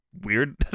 weird